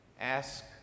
ask